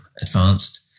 advanced